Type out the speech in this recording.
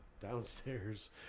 downstairs